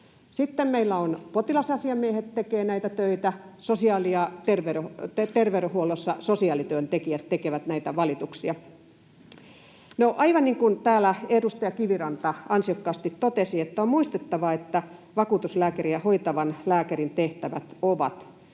potilasasiamiehet tekevät näitä töitä, sosiaali- ja terveydenhuollossa sosiaalityöntekijät tekevät näitä valituksia. No, aivan niin kuin täällä edustaja Kiviranta ansiokkaasti totesi, on muistettava, että vakuutuslääkärillä ja hoitavalla lääkärillä on